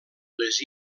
les